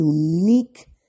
unique